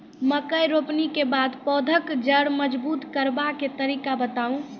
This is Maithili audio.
मकय रोपनी के बाद पौधाक जैर मजबूत करबा के तरीका बताऊ?